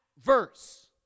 verse